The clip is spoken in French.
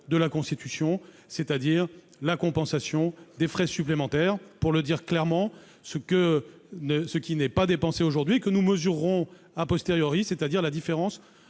de la Constitution, c'est-à-dire la compensation des frais supplémentaires ou, pour le dire plus clairement, de ce qui n'est pas dépensé aujourd'hui et que nous mesurerons, c'est-à-dire la différence